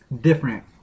different